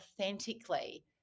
authentically